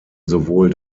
sowohl